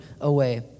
away